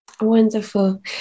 Wonderful